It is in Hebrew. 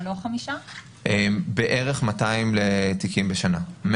בערך 200 תיקים בשנה.